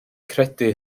credu